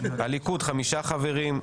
הליכוד חמישה חברים,